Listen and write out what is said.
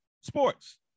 sports